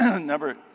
number